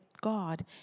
God